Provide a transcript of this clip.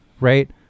right